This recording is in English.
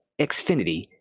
Xfinity